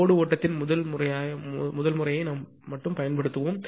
load ஓட்டத்தின் முதல் முறையை மட்டுமே பயன்படுத்துவோம்